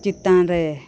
ᱪᱮᱛᱟᱱ ᱨᱮ